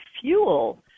fuel